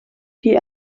die